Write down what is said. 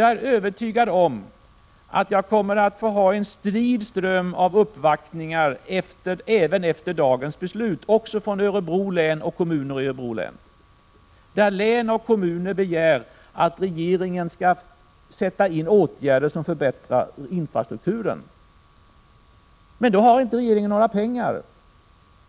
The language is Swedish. Jag är övertygad om att jag kommer att ha en strid ström av uppvaktningar även efter dagens beslut, också från Örebro län och kommuner i Örebro län, där företrädare för län och kommuner begär att regeringen skall sätta in åtgärder som förbättrar infrastrukturen. Men då har regeringen inte några pengar,